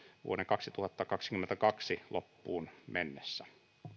vuoden kaksituhattakaksikymmentäkaksi loppuun mennessä